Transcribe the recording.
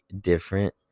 different